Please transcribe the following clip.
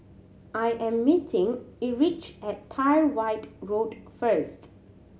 I am meeting Erich at Tyrwhitt Road first